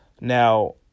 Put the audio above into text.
Now